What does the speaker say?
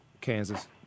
Kansas